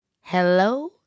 Hello